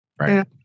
Right